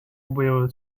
will